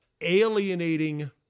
alienating